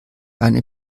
eine